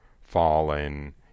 fallen